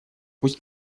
пусть